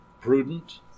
prudent